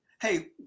Hey